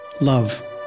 love